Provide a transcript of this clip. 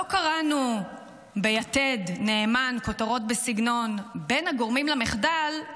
לא קראנו ביתד נאמן כותרות בסגנון "בין הגורמים למחדל: